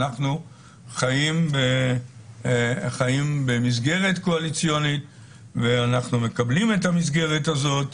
אנחנו חיים במסגרת קואליציונית ואנחנו מקבלים את המסגרת הזאת,